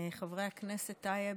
חבר הכנסת טייב